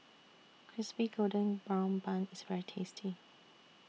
Crispy Golden Brown Bun IS very tasty